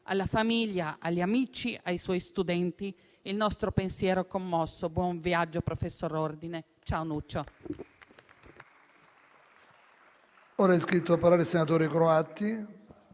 Alla famiglia, agli amici e ai suoi studenti il nostro pensiero commosso. Buon viaggio professor Ordine. Ciao Nuccio.